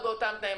באותם תנאים,